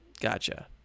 Gotcha